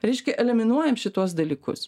reiškia eliminuojam šituos dalykus